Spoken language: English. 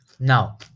now